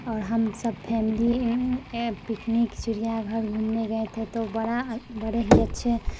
और हम सब फैमिली पिकनिक चिड़ियाघर घूमने गए थे तो बड़ा बड़े ही अच्छे